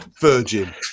Virgin